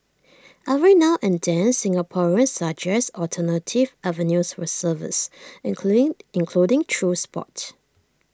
every now and then Singaporeans suggest alternative avenues for service including through Sport